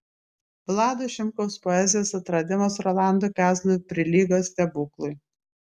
vlado šimkaus poezijos atradimas rolandui kazlui prilygo stebuklui